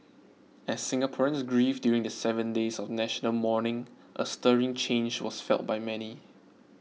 as Singaporeans grieved during the seven days of national mourning a stirring change was felt by many